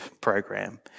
program